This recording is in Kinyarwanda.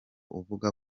uvuga